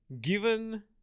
given